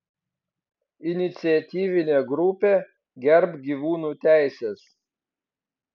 iniciatyvinė grupė gerbk gyvūnų teises